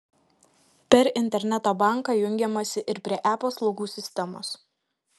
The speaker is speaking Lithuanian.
per interneto banką jungiamasi ir prie e paslaugų sistemos